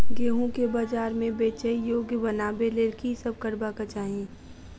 गेंहूँ केँ बजार मे बेचै योग्य बनाबय लेल की सब करबाक चाहि?